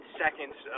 seconds